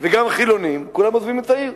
וגם חילונים, כולם עוזבים את העיר.